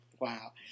Wow